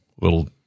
little